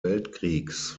weltkriegs